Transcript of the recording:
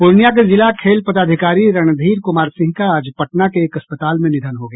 पूर्णियां के जिला खेल पदाधिकारी रणधीर कुमार सिंह का आज पटना के एक अस्पताल में निधन हो गया